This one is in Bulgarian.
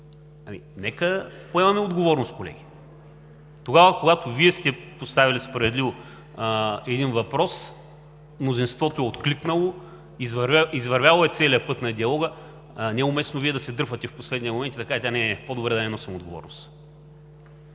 Нека поемаме отговорност, колеги. Тогава, когато Вие сте поставили справедливо един въпрос, мнозинството е откликнало. Извървяло е целия път на диалога. Не е уместно Вие да се дърпате в последния момент и да кажете: „А, не, по-добре да не носим отговорност.“